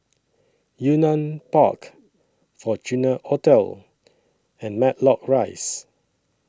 Yunnan Park Fortuna Hotel and Matlock Rise